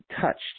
touched